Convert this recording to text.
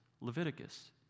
Leviticus